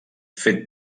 fet